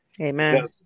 Amen